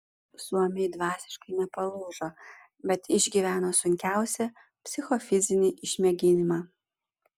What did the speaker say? suomiai dvasiškai nepalūžo bet išgyveno sunkiausią psichofizinį išmėginimą